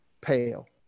pale